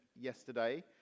yesterday